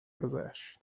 گذشت